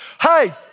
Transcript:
hey